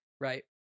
right